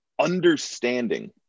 understanding